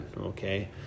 okay